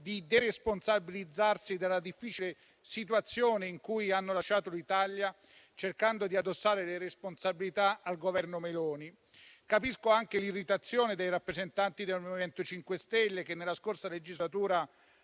di deresponsabilizzarsi rispetto alla difficile situazione in cui hanno lasciato l'Italia, cercando di addossare le responsabilità al Governo Meloni. Capisco anche l'irritazione dei rappresentanti del MoVimento 5 Stelle, che nella scorsa legislatura